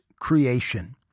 creation